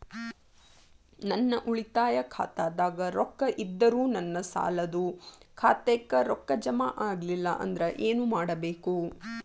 ನನ್ನ ಉಳಿತಾಯ ಖಾತಾದಾಗ ರೊಕ್ಕ ಇದ್ದರೂ ನನ್ನ ಸಾಲದು ಖಾತೆಕ್ಕ ರೊಕ್ಕ ಜಮ ಆಗ್ಲಿಲ್ಲ ಅಂದ್ರ ಏನು ಮಾಡಬೇಕು?